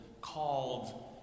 called